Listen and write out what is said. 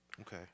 Okay